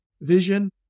vision